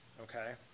okay